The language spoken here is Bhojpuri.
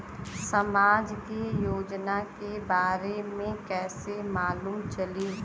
समाज के योजना के बारे में कैसे मालूम चली?